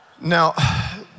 Now